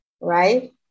right